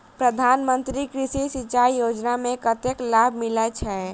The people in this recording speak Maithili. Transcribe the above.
प्रधान मंत्री कृषि सिंचाई योजना मे कतेक लाभ मिलय छै?